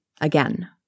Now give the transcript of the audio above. again